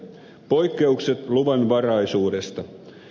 poikkeukset luvanvaraisuudesta